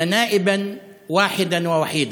שחבר כנסת אחד ויחיד